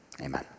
amen